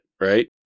right